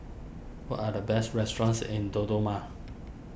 what are the best restaurants in Dodoma